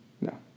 No